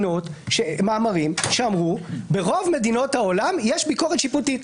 מאמרים שאמרו שברוב מדינות העולם יש ביקורת שיפוטית.